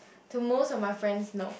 to most of my friends no